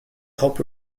help